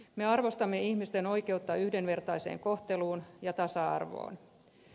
me arvostamme ihmisten oikeutta yhdenvertaiseen kohteluun ja tasa arvoon